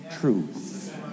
truth